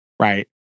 Right